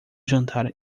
jantar